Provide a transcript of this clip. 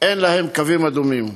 אין להם קווים אדומים,